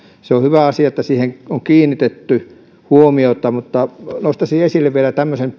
se on hyvä asia että siihen on kiinnitetty huomiota mutta nostaisin esille vielä tämmöisen